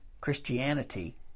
Christianity